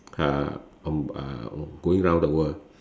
uh on uh going around the world